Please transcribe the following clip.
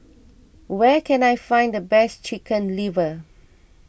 where can I find the best Chicken Liver